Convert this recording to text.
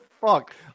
fuck